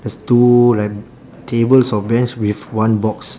there's two like tables of bench with one box